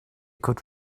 could